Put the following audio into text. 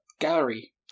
gallery